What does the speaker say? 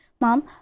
Mom